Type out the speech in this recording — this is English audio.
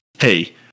hey